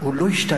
הוא לא השתנה,